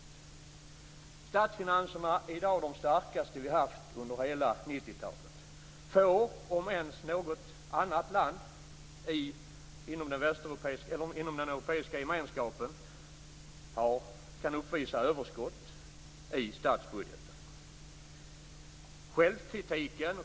Statsfinanserna är i dag de starkaste vi har haft under hela 90-talet. Få andra länder om ens något annat land inom den europeiska gemenskapen kan uppvisa överskott i statsbudgeten.